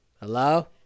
Hello